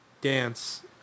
dance